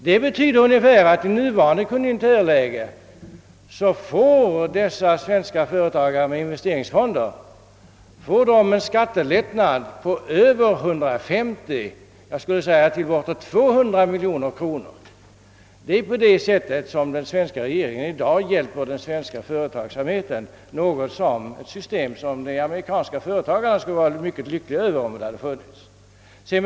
Det betyder att i nuvarande konjunkturläge får de svenska företagarna genom investeringsfonderna en skattelättnad på över 150 miljoner, ja bortåt 200 miljoner kronor. Det är på detta sätt som svenska regeringen i dag hjälper den svenska företagsamheten, ett system som de amerikanska företagarna skulle vara mycket lyckliga över om det hade funnits i deras land.